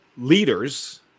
Leaders